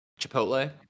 Chipotle